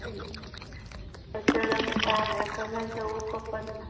ꯑꯩ ꯗꯣꯛꯇꯔꯒ ꯑꯃꯨꯛꯇ ꯇꯥꯟꯅꯔꯒ ꯀꯔꯝꯍꯥꯏꯅ ꯇꯧꯕ ꯈꯣꯠꯄ ꯍꯥꯏꯅ